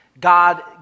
God